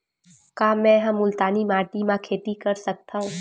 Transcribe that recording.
का मै ह मुल्तानी माटी म खेती कर सकथव?